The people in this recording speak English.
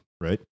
right